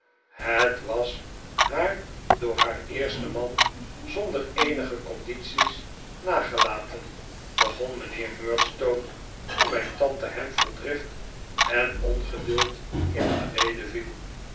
het was haar door haar eersten man zonder eenige cbndities nagelaten begon mijnheer murdstone toen mijn tante hem vol drift en ongeduld in de rede viel